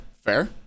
fair